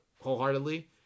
wholeheartedly